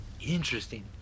interesting